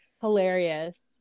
hilarious